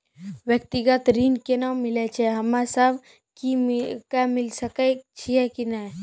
व्यक्तिगत ऋण केना मिलै छै, हम्मे सब कऽ मिल सकै छै कि नै?